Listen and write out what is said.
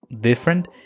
different